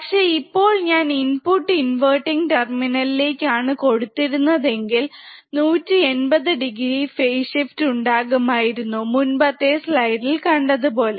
പക്ഷേ ഇപ്പോൾ ഞാൻ ഇൻപുട്ട് ഇൻവെർട്ടിങ് ടെർമിനലിലേക്ക് ആണ് കൊടുത്തിരുന്നെങ്കിൽ 180 ഡിഗ്രി ഫെയ്സ്ഷിഫ്റ്റ് ഉണ്ടാകുമായിരുന്നു മുൻപത്തെ സ്ലൈഡിൽ കണ്ടതുപോലെ